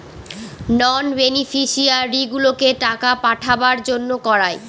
নন বেনিফিশিয়ারিগুলোকে টাকা পাঠাবার জন্য করায়